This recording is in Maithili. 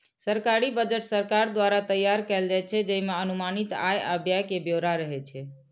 सरकारी बजट सरकार द्वारा तैयार कैल जाइ छै, जइमे अनुमानित आय आ व्यय के ब्यौरा रहै छै